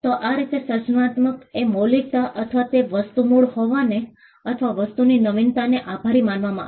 તો આ રીતે સર્જનાત્મકતા એ મૌલિકતા અથવા તે વસ્તુ મૂળ હોવાને અથવા વસ્તુની નવીનતાને આભારી માનવામાં આવી